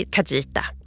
Kajita